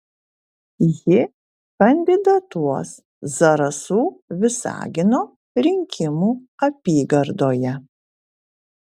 ji kandidatuos zarasų visagino rinkimų apygardoje